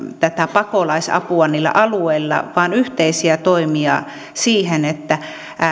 tätä pakolaisapua niillä alueilla vaan yhteisiä toimia siihen että